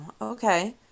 okay